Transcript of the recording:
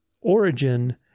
origin